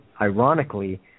ironically